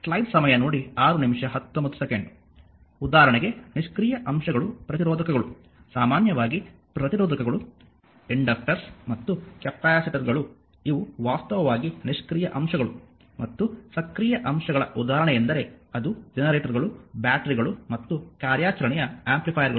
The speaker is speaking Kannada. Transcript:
ಉದಾಹರಣೆಗೆ ನಿಷ್ಕ್ರಿಯ ಅಂಶಗಳು ಪ್ರತಿರೋಧಕಗಳು ಸಾಮಾನ್ಯವಾಗಿ ಪ್ರತಿರೋಧಕಗಳು ಇಂಡ್ಯೂಕ್ಟರ್ಸ್ ಮತ್ತು ಕೆಪಾಸಿಟರ್ಗಳು ಇವು ವಾಸ್ತವವಾಗಿ ನಿಷ್ಕ್ರಿಯ ಅಂಶಗಳು ಮತ್ತು ಸಕ್ರಿಯ ಅಂಶಗಳ ಉದಾಹರಣೆಯೆಂದರೆ ಅದು ಜನರೇಟರ್ಗಳು ಬ್ಯಾಟರಿಗಳು ಮತ್ತು ಕಾರ್ಯಾಚರಣೆಯ ಆಂಪ್ಲಿಫೈಯರ್ಗಳು